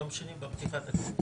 יום שני בפתיחת הכנסת?